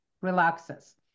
relaxes